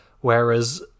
Whereas